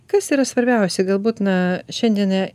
kas yra svarbiausia galbūt na šiandien